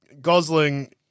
Gosling